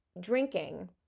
Drinking